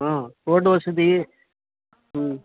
ஆ road வசதி ம்